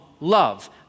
love